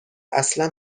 اصلا